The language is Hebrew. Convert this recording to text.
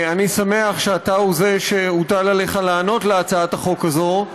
אני שמח שאתה הוא זה שהוטל עליו לענות על הצעת החוק הזאת,